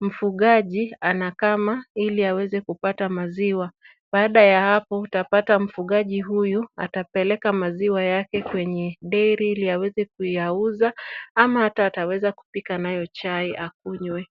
mfugaji anakama ili aweze kupata maziwa. Baada ya hapo utapata mfugaji huyu, atapeleka maziwa yake kwenye dairy ili aweze kuyauza ama hata ataweza kupika nayo chai akunywe.